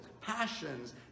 passions